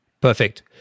Perfect